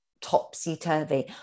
topsy-turvy